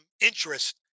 interest